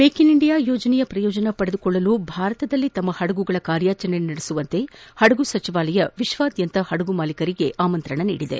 make in India ಯೋಜನೆಯ ಪ್ರಯೋಜನ ಪಡೆದುಕೊಳ್ಳಲು ಭಾರತದಲ್ಲಿ ತಮ್ಮ ಪಡಗುಗಳನ್ನು ಕಾರ್ಯಾಚರಣೆ ನಡೆಸಲು ಪಡಗು ಸಚಿವಾಲಯ ವಿಶ್ವಾದ್ಯಂತ ಪಡಗು ಮಾಲೀಕರನ್ನು ಆಹ್ನಾನಿಸಿದೆ